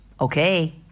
Okay